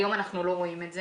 היום אנחנו לא רואים את זה.